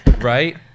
right